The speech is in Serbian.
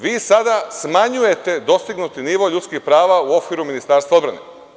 Vi sada smanjujete dostignuti nivo ljudskih prava u okviru Ministarstva odbrane.